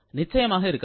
நிச்சயமாக இருக்காது